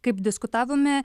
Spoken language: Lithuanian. kaip diskutavome